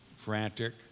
frantic